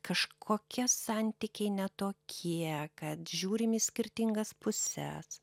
kažkokie santykiai ne tokie kad žiūrim į skirtingas puses